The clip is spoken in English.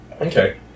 Okay